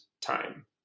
time